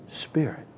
Spirit